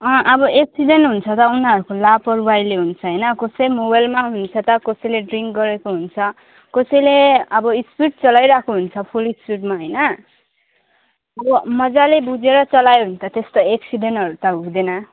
अँ अब एक्सिडेन्ट हुन्छ र उनीहरूको लापरवाहीले हुन्छ होइन कसैले मोबाइलमा हुन्छ त कसैले ड्रिङ्क गरेको हुन्छ कसैले अब स्पिड चलाइरहेको हुन्छ फुल स्पिडमा होइन अब मजाले बुझेर चलायो भने त त्यस्ता एक्सिडेन्टहरू त हुँदैन